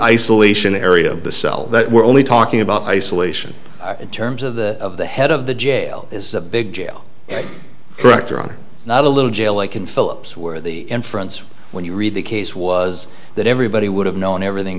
isolation area of the cell that we're only talking about isolation in terms of the the head of the jail is a big jail director on not a little jail like in philips where the end friends when you read the case was that everybody would have known everything